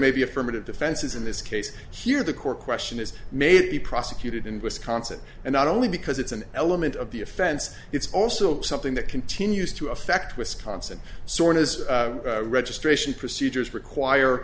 may be affirmative defenses in this case here the core question is may be prosecuted in wisconsin and not only because it's an element of the offense it's also something that continues to affect wisconsin sorn as registration procedures require